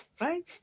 Right